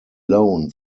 loan